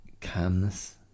calmness